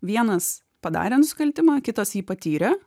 vienas padarė nusikaltimą kitas jį patyrė